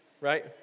right